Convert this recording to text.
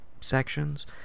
sections